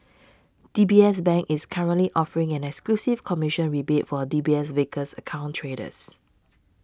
D B S Bank is currently offering an exclusive commission rebate for a D B S Vickers account traders